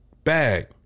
bag